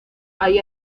hay